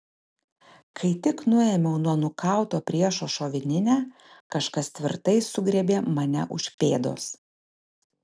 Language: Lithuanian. kai tik nuėmiau nuo nukauto priešo šovininę kažkas tvirtai sugriebė mane už pėdos